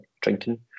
drinking